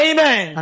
Amen